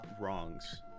wrongs